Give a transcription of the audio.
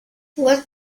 what